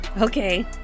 Okay